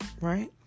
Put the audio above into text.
Right